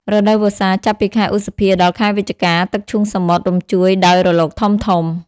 រដូវវស្សា ចាប់ពីខែឧសភាដល់ខែវិច្ឆិកា ទឹកឈូងសមុទ្រ រញ្ជួយដោយរលកធំៗ។